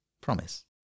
Promise